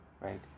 Right